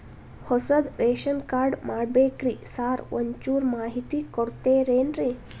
ಹೊಸದ್ ration card ಮಾಡ್ಬೇಕ್ರಿ sir ಒಂಚೂರ್ ಮಾಹಿತಿ ಕೊಡ್ತೇರೆನ್ರಿ?